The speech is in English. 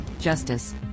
Justice